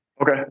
okay